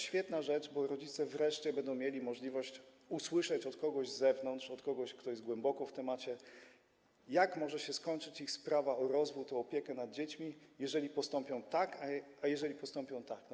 Świetna rzecz, bo rodzice wreszcie będą mieli możliwość usłyszeć od kogoś z zewnątrz, od kogoś, kto jest głęboko w temacie, jak może się skończyć ich sprawa o rozwód, o opiekę nad dziećmi, jeżeli postąpią tak, a jak się skończy, jeżeli postąpią inaczej.